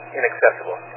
inaccessible